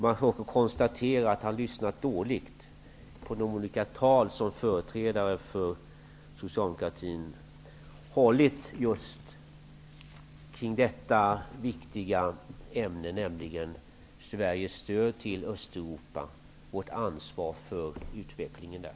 Vidare konstaterar jag att han har lyssnat dåligt på de olika tal som företrädare för socialdemokratin hållit beträffande just detta viktiga ämne, nämligen Sveriges stöd till Östeuropa och vårt ansvar för utvecklingen där.